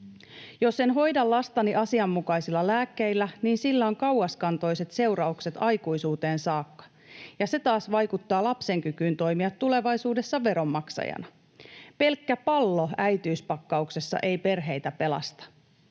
Jos en hoida lastani asianmukaisilla lääkkeillä, niin sillä on kauaskantoiset seuraukset aikuisuuteen saakka. Ja se taas vaikuttaa lapsen kykyyn toimia tulevaisuudessa veronmaksajana. Pelkkä pallo äitiyspakkauksessa ei perheitä pelasta!